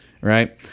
right